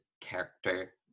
character